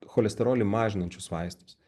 cholesterolį mažinančius vaistus